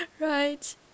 right